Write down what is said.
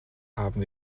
haben